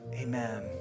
amen